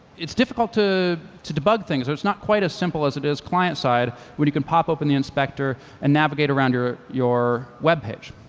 it's difficult to to debug things. though it's not quite as simple as it is client side, when you can pop open the inspector and navigate around your your webpage.